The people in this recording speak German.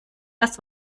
das